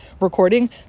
recording